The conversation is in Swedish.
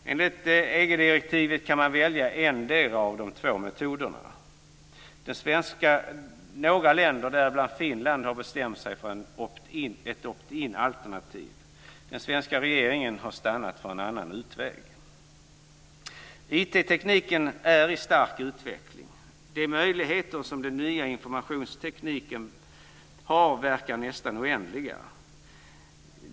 Enligt EG direktivet kan man välja endera av de två metoderna. Några länder, däribland Finland, har bestämt sig för ett opt-in-alternativ. Den svenska regeringen har fastnat för en annan utväg. IT är i stark utveckling. De möjligheter som den nya informationstekniken har verkar nästan oändliga.